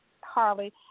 Harley